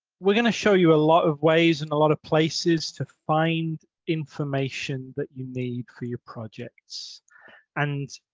we're going to show you a lot of ways, and a lot of places to find information that you need for your projects and